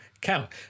count